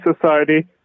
society